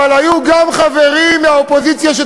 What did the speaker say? דרך אגב, היו חסרים חלק מחברי הקואליציה,